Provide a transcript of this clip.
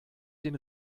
den